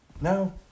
Now